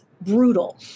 brutal